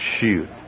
Shoot